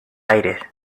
aires